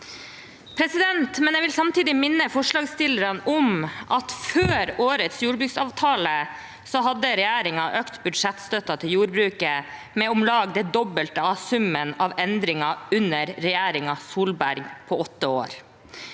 vil jeg minne forslagsstillerne om at før årets jordbruksavtale hadde regjeringen økt budsjettstøtten til jordbruket med om lag det dobbelte av summen av endringer under åtte år med regjeringen Solberg. Med